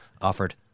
offered